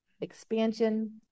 expansion